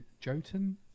Jotun